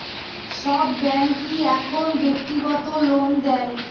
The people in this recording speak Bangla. সব ব্যাঙ্কই এখন ব্যক্তিগত লোন দেয়